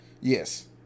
Yes